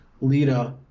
Lita